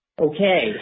Okay